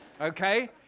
Okay